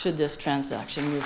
should this transaction